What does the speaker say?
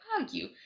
argue